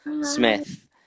Smith